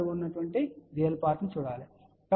4 ఉన్న real part చూడండి